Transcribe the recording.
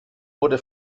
wurde